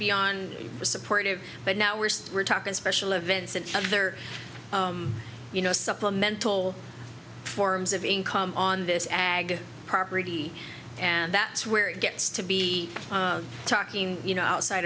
beyond supportive but now we're just we're talking special events and other you know supplemental forms of income on this ag property and that's where it gets to be talking you know outside